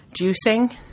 juicing